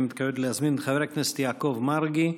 אני מתכבד להזמין את חבר הכנסת יעקב מרגי.